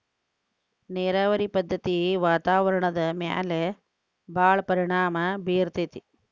ನೇರಾವರಿ ಪದ್ದತಿ ವಾತಾವರಣದ ಮ್ಯಾಲ ಭಾಳ ಪರಿಣಾಮಾ ಬೇರತತಿ